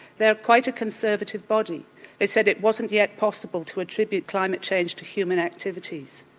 they are quite a conservative body they said it wasn't yet possible to attribute climate change to human activities.